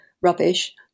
rubbish